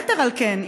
יתר על כן,